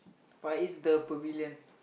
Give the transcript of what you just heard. Far East the Pavilion